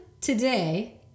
Today